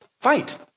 fight